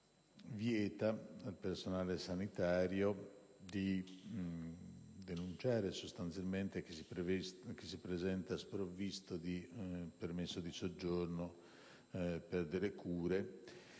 vieta al personale sanitario di denunciare chi si presenta sprovvisto di permesso di soggiorno per delle cure.